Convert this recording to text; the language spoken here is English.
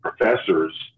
professors